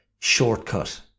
shortcut